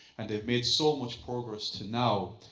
and they've made so much progress to now,